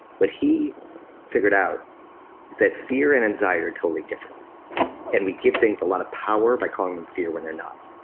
but he figured out is that fear and anxiety are totally different and we give things a lot of power by calling them fear when they're not.